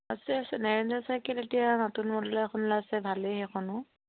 আছে আছে ranger cycle এতিয়া নতুন মডেল এখন আছে ভালেই সেইখনো